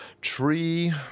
tree